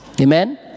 Amen